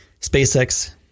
SpaceX